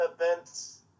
events